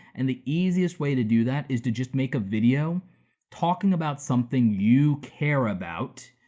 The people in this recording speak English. and the easiest way to do that is to just make a video talking about something you care about.